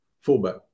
fullback